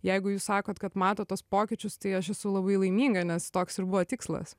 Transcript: jeigu jūs sakot kad matot tuos pokyčius tai aš esu labai laiminga nes toks ir buvo tikslas